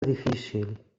difícil